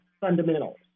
Fundamentals